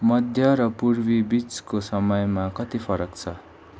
मध्य र पूर्वी बिचको समयमा कति फरक छ